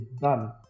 done